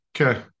Okay